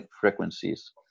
frequencies